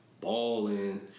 Balling